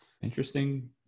interesting